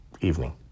evening